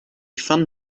fun